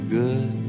good